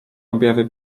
objawy